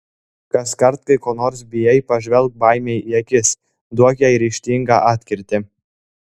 kaskart kai ko nors bijai pažvelk baimei į akis duok jai ryžtingą atkirtį